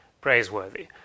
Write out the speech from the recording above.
praiseworthy